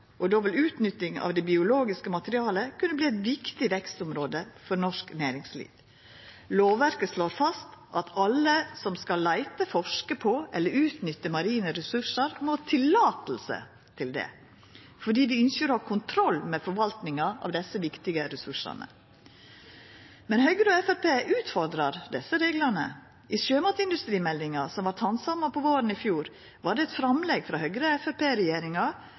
og då vil utnytting av det biologiske materialet kunna verta eit viktig vekstområde for norsk næringsliv. Lovverket slår fast at alle som skal leita etter, forska på eller utnytta marine ressursar, må ha godkjenning for det, fordi vi ynskjer å ha kontroll med forvaltinga av desse viktige ressursane. Men Høgre og Framstegspartiet utfordrar desse reglane. I sjømatindustrimeldinga, som vart handsama på våren i fjor, var det eit framlegg frå